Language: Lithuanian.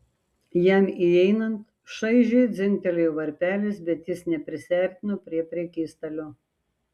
jam įeinant šaižiai dzingtelėjo varpelis bet jis neprisiartino prie prekystalio